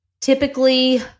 typically